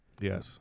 Yes